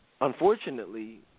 unfortunately